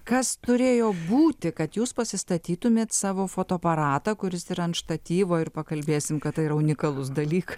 kas turėjo būti kad jūs pasistatytumėt savo fotoaparatą kuris yra ant štatyvo ir pakalbėsim kad tai yra unikalus dalyk